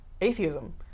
atheism